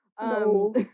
No